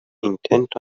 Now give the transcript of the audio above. intent